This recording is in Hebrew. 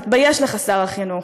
תתבייש לך, שר החינוך.